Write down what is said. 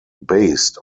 based